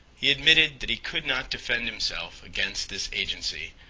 he admitted that he could not defend himself against this agency.